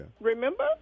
Remember